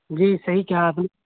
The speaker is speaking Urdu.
جی صحیح کہا آپ نے